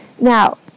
Now